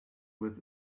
with